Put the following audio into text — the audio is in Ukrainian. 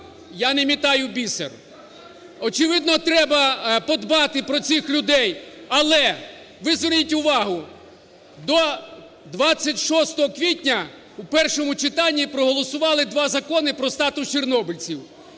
я не метаю бісер. Очевидно, треба подбати про цих людей. Але ви зверніть увагу, до 26 квітня в першому читанні проголосували два закони про статус чорнобильців.